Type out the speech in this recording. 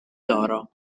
loro